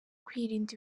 kwirinda